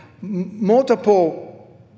multiple